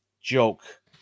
joke